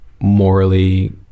morally